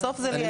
בסוף זה לייעל.